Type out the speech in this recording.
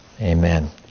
Amen